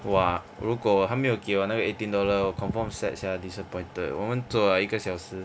!wah! 如果他没有给那个 eighteen dollar 我 confirm sad sia disappointed 我们做了一个小时